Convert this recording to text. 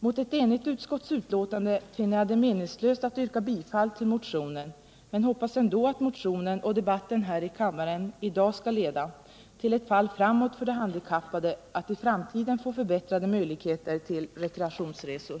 Mot ett enigt utskot:sbetänkande finner jag det meningslöst att yrka bifall till motionen men hoppas ändå att motionen och debatten här i kammaren i dag skall leda till ett fall "ramåt för frågan, så att de handikappade i framtiden får förbättrade möjligheter till rekreationsresor.